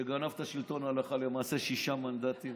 שגנב את השלטון הלכה למעשה, שישה מנדטים,